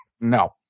no